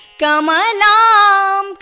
Kamalam